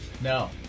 No